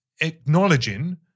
acknowledging